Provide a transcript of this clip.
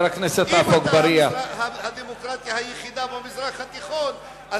אם היינו הדמוקרטיה היחידה במזרח התיכון,